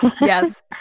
Yes